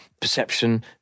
perception